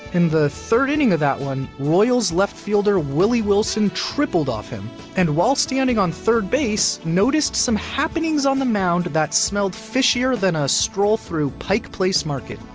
in the third inning of that one, royals leftfielder willie wilson tripled off him and, while standing on third base, noticed some happenings on the mound that smelled fishier than a stroll through pike place market.